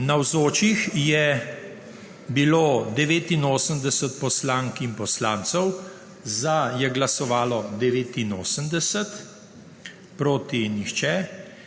Navzočih je 89 poslank in poslancev, za je glasovalo 89, proti nihče.